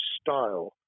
style